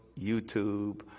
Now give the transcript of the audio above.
YouTube